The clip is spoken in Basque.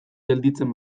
gelditzen